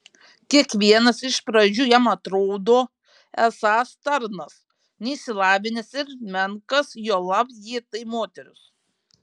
kiekvienas iš pradžių jam atrodo esąs tarnas neišsilavinęs ir menkas juolab jei tai moteris